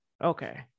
Okay